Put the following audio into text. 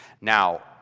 Now